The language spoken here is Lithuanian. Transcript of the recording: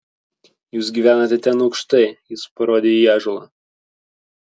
jūs gyvenate ten aukštai jis parodė į ąžuolą